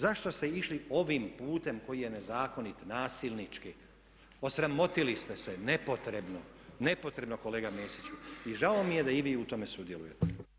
Zašto ste išli ovim putem koji je nezakonit, nasilnički, osramotili ste se nepotrebno, nepotrebno kolega Mesiću i žao mi je da i vi u tome sudjelujete.